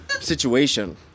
situation